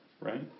right